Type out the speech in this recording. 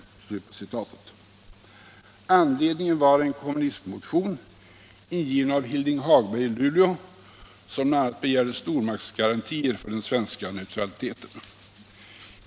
Anledningen var en kommunistmotion, ingiven av Hilding Hagberg i Luleå, som bl.a. begärde stormaktsgarantier för den svenska neutraliteten.